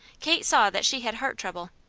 kate saw that she had heart trouble.